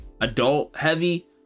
adult-heavy